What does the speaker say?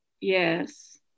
Yes